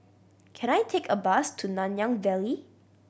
can I take a bus to Nanyang Valley